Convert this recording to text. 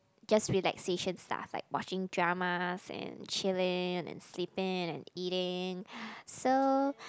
just relaxation stuff like watching dramas and chilling and sleeping and eating so